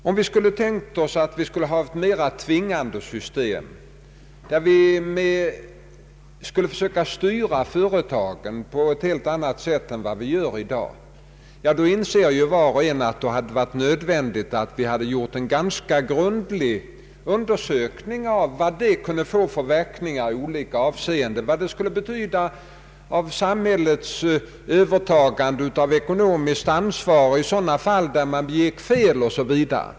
Om vi skulle tänkt oss ett mera tvingande system, där vi skulle försöka styra företagen på ett helt annat sätt än vad vi gör i dag, inser var och en att det hade varit nödvändigt att göra en ganska grundlig undersökning av vad det kunde få för verkningar i olika avseenden, vad det skulle betyda av samhällets övertagande av ekonomiskt ansvar i sådana fall då man begick fel osv.